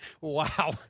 Wow